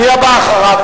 מי הבא אחריו?